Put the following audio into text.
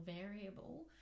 variable